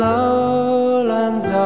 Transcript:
Lowlands